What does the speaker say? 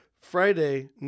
Friday